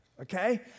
okay